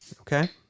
Okay